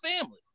family